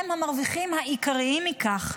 הם המרוויחים העיקריים מכך.